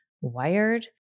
wired